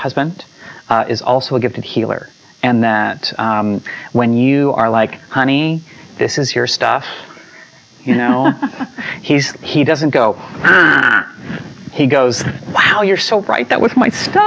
husband is also a gifted healer and that when you are like honey this is your stuff you know he's he doesn't go he goes wow you're so right that was my s